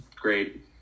great